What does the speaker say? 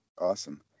Awesome